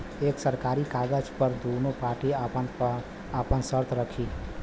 एक सरकारी कागज पर दुन्नो पार्टी आपन आपन सर्त रखी